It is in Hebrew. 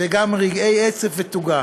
וגם רגעי עצב ותוגה.